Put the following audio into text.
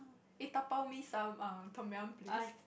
eh dabao me some um tom-yum please